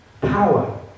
power